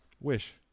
Wish